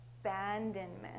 abandonment